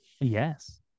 Yes